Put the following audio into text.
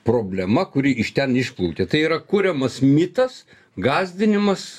problema kuri iš ten išplaukia tai yra kuriamas mitas gąsdinimas